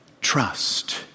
Trust